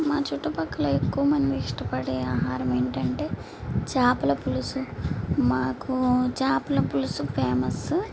మా చుట్పటూక్కల ఎక్కువ మంది ఇష్టపడే ఆహారం ఏంటంటే చాపల పులుసు మాకు చాపల పులుసు ఫేమస్